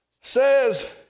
says